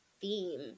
theme